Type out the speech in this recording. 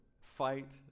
Fight